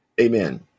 Amen